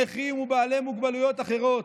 נכים ובעלי מוגבלויות אחרות".